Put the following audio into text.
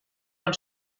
con